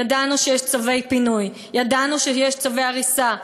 ידענו שיש צווי פינוי, ידענו שיש צווי הריסה.